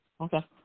Okay